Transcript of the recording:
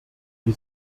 die